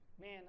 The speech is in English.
Man